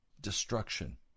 destruction